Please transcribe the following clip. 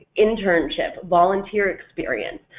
internship, volunteer experience,